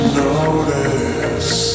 notice